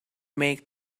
make